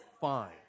fine